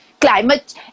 climate